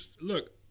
look